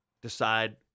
decide